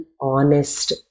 honest